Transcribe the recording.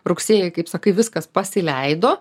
rugsėjį kaip sakai viskas pasileido